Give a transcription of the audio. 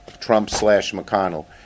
Trump-slash-McConnell